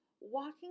walking